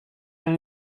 yang